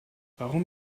warum